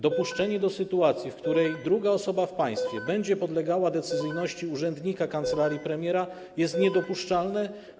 Dopuszczenie do sytuacji, w której druga osoba w państwie będzie podlegała decyzyjności urzędnika kancelarii premiera, jest niedopuszczalne.